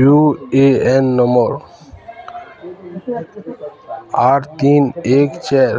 you A N number ଆଠ ତିନି ଏକ ଚାର